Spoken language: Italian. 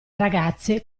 ragazze